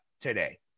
today